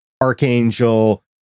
Archangel